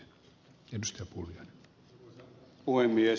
arvoisa puhemies